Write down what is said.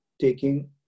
taking